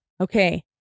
okay